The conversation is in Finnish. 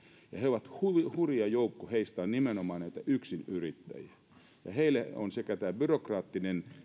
ja heistä hurja joukko on nimenomaan näitä yksinyrittäjiä ja heille on tämä byrokraattinen